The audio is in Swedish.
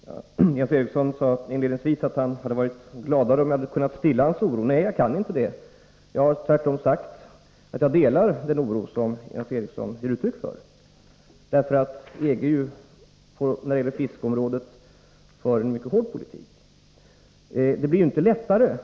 Herr talman! Jens Eriksson sade inledningsvis att han hade varit gladare om jag kunnat stilla hans oro. Nej, jag kan inte det — jag har tvärtom sagt att jag delar den oro som Jens Eriksson ger uttryck för, därför att EG ju på fiskområdet för en mycket hård politik.